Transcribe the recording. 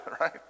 right